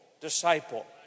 disciple